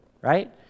right